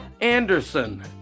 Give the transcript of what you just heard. Anderson